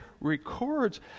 records